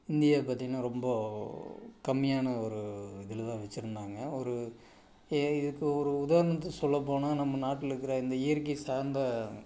India பார்த்திங்கன்னா ரொம்ப கம்மியான ஒரு இதில் தான் வச்சிருந்தாங்க ஒரு ஏ இதுக்கு ஒரு உதாரணத்துக்கு சொல்லப் போனால் நம்ம நாட்டில் இருக்கிற இந்த இயற்கை சார்ந்த